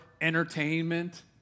entertainment